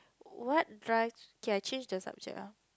what drives K I change the subject ah